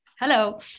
Hello